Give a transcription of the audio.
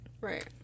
Right